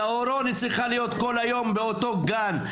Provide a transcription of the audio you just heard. צהרון היא חייבת להיות כל היום באותו גן.